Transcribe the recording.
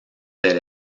del